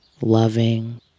loving